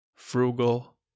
frugal